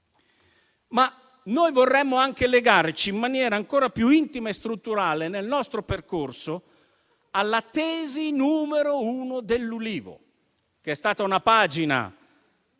Ma noi vorremmo anche legarci in maniera ancora più intima e strutturale nel nostro percorso alla tesi n. 1 dell'Ulivo, che è stata forse la pagina